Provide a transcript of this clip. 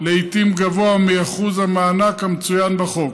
לעיתים גבוה מאחוז המענק המצוין בחוק.